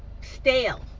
Stale